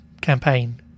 campaign